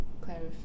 clarify